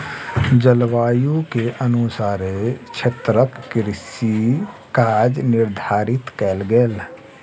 जलवायु के अनुसारे क्षेत्रक कृषि काज निर्धारित कयल गेल